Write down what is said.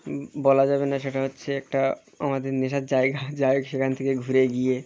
বলা যাবে না সেটা হচ্ছে একটা আমাদের নেশার জায়গা যাই সেখান থেকে ঘুরে গিয়ে